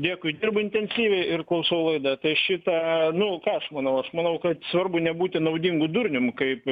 dėkui dirbu intensyviai ir klausau laidą apie šitą nu ką aš manau aš manau kad svarbu nebūti naudingu durnium kaip